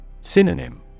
Synonym